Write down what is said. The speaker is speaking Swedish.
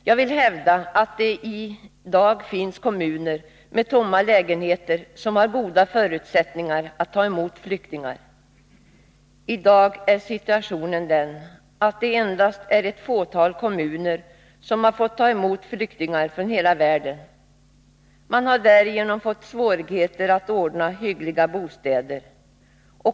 Jag vill hävda att det i dag finns kommuner med tomma lägenheter som har goda förutsättningar att ta emot flyktingar. I dag är situationen den att det är endast ett fåtal kommuner som har fått ta emot flyktingar från hela världen. Man har därigenom fått svårigheter att ordna hyggliga bostäder.